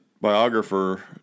biographer